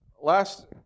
last